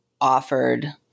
offered